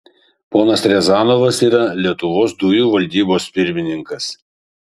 ponas riazanovas yra lietuvos dujų valdybos pirmininkas